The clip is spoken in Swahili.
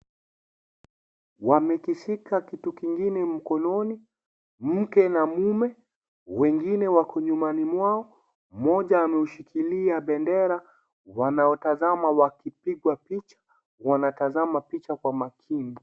Wamekishika kitu kingine mkononi. Mke na mume. Wengine wako nyumani mwao. Mmoja ameushikilia bendera. Wanaotazama wakipigwa picha. Wanatazama picha kwa makini.